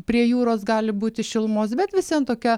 prie jūros gali būti šilumos bet vis vien tokia